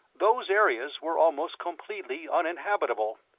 those areas were almost completely uninhabitable.